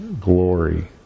glory